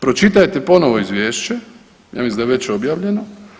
Pročitajte ponovo izvješće, ja mislim da je već objavljeno.